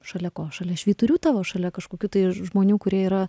šalia ko šalia švyturių tavo šalia kažkokių tai žmonių kurie yra